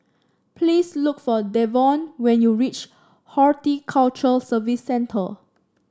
please look for Davon when you reach Horticulture Services Center